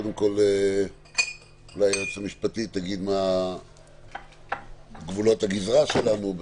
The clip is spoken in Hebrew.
אולי קודם כול היועצת המשפטית תגיד מה גבולות הגזרה שלנו.